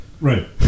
Right